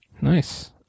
Nice